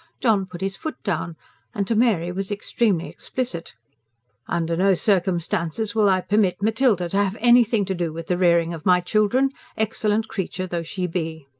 john put his foot down and to mary was extremely explicit under no circumstances will i permit matilda to have anything to do with the rearing of my children excellent creature though she be!